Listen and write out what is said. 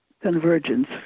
convergence